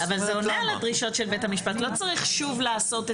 אבל זה עונה על הדרישות של בית המשפט.